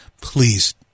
Please